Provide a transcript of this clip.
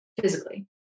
physically